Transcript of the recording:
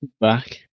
Back